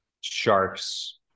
sharks